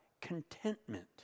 contentment